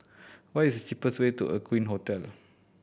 what is the cheapest way to Aqueen Hotel